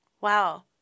Wow